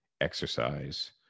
exercise